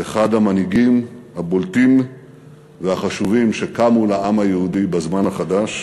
לאחד המנהיגים הבולטים והחשובים שקמו לעם היהודי בזמן החדש,